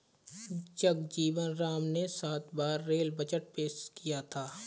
जगजीवन राम ने सात बार रेल बजट पेश किया था